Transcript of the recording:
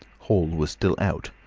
hall was still out.